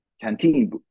canteen